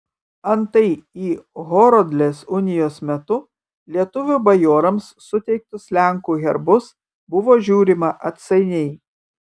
antai į horodlės unijos metu lietuvių bajorams suteiktus lenkų herbus buvo žiūrima atsainiai